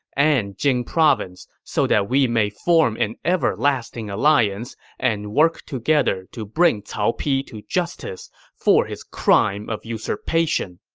and jing province so that we may form an everlasting alliance and work together to bring cao pi to justice for his crime of usurpation.